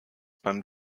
beim